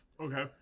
Okay